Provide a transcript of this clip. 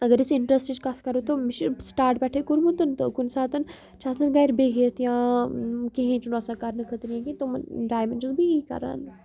اگر أسۍ اِنٹرٛسٹٕچ کَتھ کَرو تہٕ مےٚ چھِ سٹاٹ پٮ۪ٹھٕے کوٚرمُت تہٕ کُنہِ ساتَن چھِ آسان گَرِ بِہِتھ یا کِہیٖنۍ چھُنہٕ آسان کَرنہٕ خٲطرٕ یا کینٛہہ تِمَن ٹایمَن چھس بہٕ یی کَران